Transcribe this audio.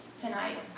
tonight